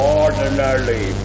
ordinarily